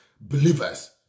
believers